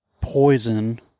poison